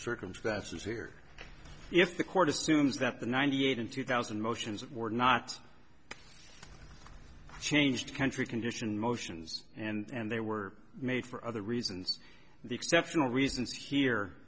circumstances here if the court assumes that the ninety eight and two thousand motions were not changed country condition motions and they were made for other reasons the exceptional reasons here